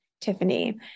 Tiffany